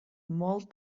molt